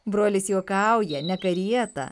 brolis juokauja ne karietą